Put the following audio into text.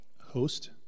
Host